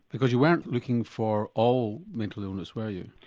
because you weren't looking for all mental illness were you?